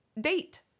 Date